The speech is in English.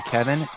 Kevin